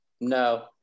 No